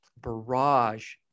barrage